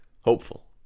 Hopeful